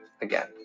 again